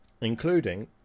including